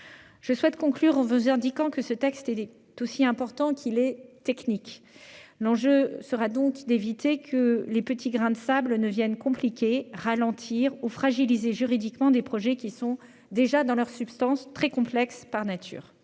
Je souhaite conclure en vous indiquant que ce texte est aussi important qu'il est technique. L'enjeu sera d'éviter que de petits grains de sable ne viennent compliquer, ralentir ou fragiliser juridiquement des projets déjà très complexes par nature.